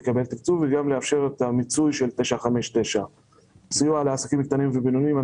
לקבל תקצוב וגם לאפשר את מיצוי 959. סיוע לעסקים קטנים ובינוניים.